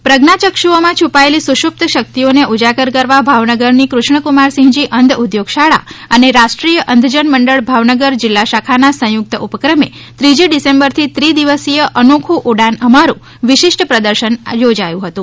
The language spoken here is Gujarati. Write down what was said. અંધજન પ્રજ્ઞાયક્ષુઓમાં છુપાયેલી સુષુપ્ત શક્તિઓને ઉજાગર કરવા ભાવનગરની કૃષ્ણકુમારસિંહજી અંધ ઉધોગ શાળા અને રાષ્ટ્રીય અંધ જન મંડળ ભાવનગર જીલ્લા શાખાના સંયુક્ત ઉપક્રમે ત્રીજી ડીસેમ્બર થી ત્રિ દિવસીય અનોખું ઉડાન અમારું વિશિષ્ટ પ્રદર્શનનું આયોજન કરવામાં આવ્યું હતું